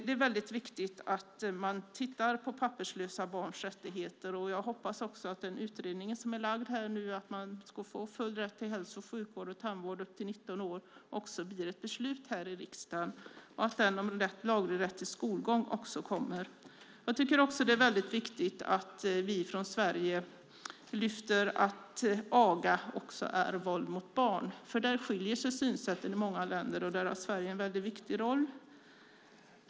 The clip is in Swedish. Det är viktigt att man tittar på papperslösa barns rättigheter, och jag hoppas att utredningens förslag om full rätt till hälso och sjukvård och tandvård upp till 19 år också blir ett beslut i riksdagen - och att det även blir ett beslut om laglig rätt till skolgång. Det är viktigt att Sverige lyfter upp att aga också är våld mot barn. Där skiljer sig synsättet i många länder, och Sverige har där en viktig roll.